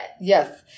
Yes